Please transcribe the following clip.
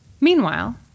Meanwhile